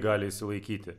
gali išsilaikyti